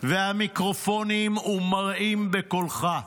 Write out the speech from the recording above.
והמיקרופונים ומרעים בקולך: